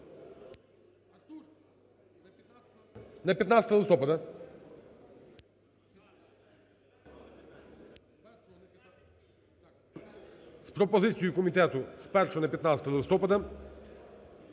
З пропозицією комітету з 1 на 15 листопада,